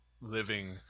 living